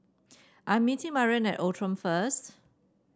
I am meeting Maren at Outram first